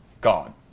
gone